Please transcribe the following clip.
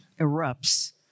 erupts